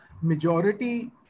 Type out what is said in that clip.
majority